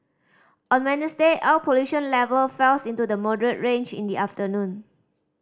on Wednesday air pollution level fell into the moderate range in the afternoon